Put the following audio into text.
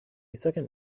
second